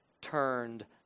turned